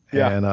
yeah. and